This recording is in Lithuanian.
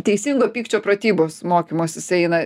teisingo pykčio pratybos mokymus jisai eina